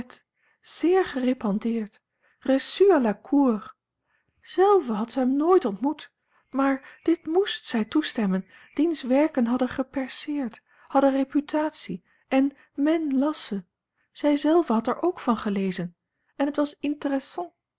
zeer gerepandeerd reçu à la cour zelve had zij hem nooit ontmoet maar dit moest zij toestemmen diens werken hadden geperceerd hadden reputatie en men las ze zij zelve had er ook van gelezen en het was